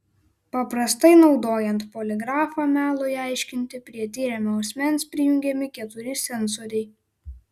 paprastai naudojant poligrafą melui aiškinti prie tiriamo asmens prijungiami keturi sensoriai